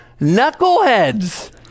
knuckleheads